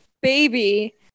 baby